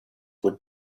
would